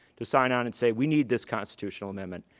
to sign on and say, we need this constitutional amendment.